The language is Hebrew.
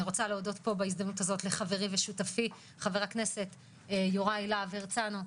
אני רוצה להודות פה בהזדמנות הזאת לחברי ושותפי חה"כ יוראי להב הרצנו,